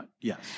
Yes